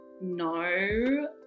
no